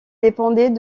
dépendait